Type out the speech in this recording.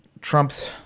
trump's